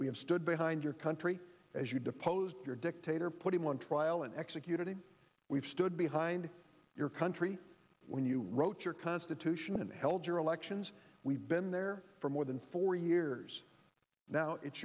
we have stood behind your country as you deposed your dictator put him on trial and executed we've stood behind your country when you wrote your constitution and held your elections we've been there for more than four years now it's